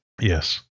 Yes